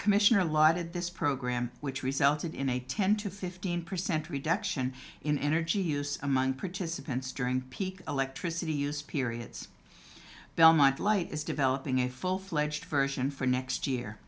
commissioner allotted this program which resulted in a ten to fifteen percent reduction in energy use among participants during peak electricity use periods belmont light is developing a full fledged version for next year